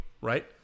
right